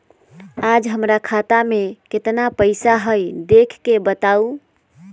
आज हमरा खाता में केतना पैसा हई देख के बताउ?